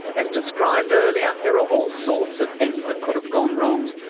as described earlier, there are all sorts of things that could have gone wrong.